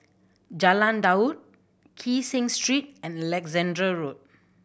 Jalan Daud Kee Seng Street and Alexandra Road